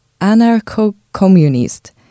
anarcho-communist